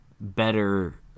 better